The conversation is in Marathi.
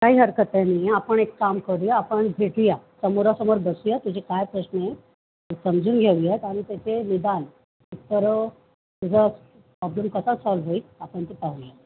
काही हरकत नाही आहे आपण एक काम करूया आपण भेटूया समोरासमोर बसूया तुझे काय प्रश्न आहे समजून घेऊयात आणि त्याचे निदान नंतर तुझा प्रॉब्लेम कसा सॉल्व होईल आपण ते पाहूया